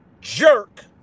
jerk